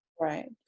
Right